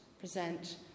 present